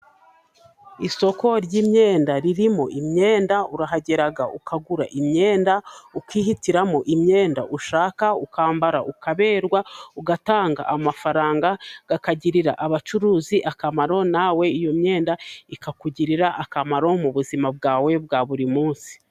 Isoko ry'imyenda ririmo imyenda. Urahagera ukagura imyenda . Ukihitiramo imyenda ushaka. Ukambara ukaberwa . Ugatanga amafaranga ,akagirira abacuruzi akamaro nawe iyo myenda ikakugirira akamaro mu buzima bwawe bwa buri munsi.